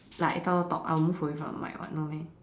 like if I want to talk I'll move away from the mic [what] no meh